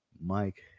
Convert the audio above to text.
mike